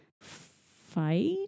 fight